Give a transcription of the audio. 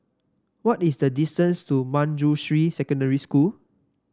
what is the distance to Manjusri Secondary School